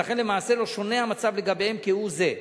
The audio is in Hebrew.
ולכן למעשה לא שונה המצב לגביהם כהוא-זה.